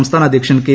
സംസ്ഥാന അധ്യക്ഷൻ കെ